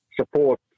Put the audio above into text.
support